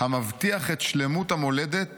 המבטיח את שלמות המולדת